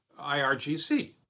IRGC